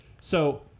So-